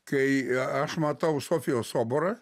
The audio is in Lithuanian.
kai a aš matau sofijos soborą